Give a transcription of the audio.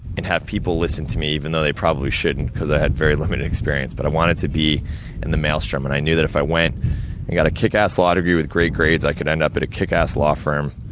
and have people listen to me, even though they probably shouldn't, because i had very limited experience. but, i wanted to be in the maelstrom, and i knew that if i went and got a kickass law degree with great grades, i could end up at a kickass law firm,